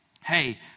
hey